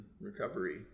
recovery